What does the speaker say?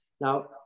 Now